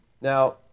now